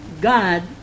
God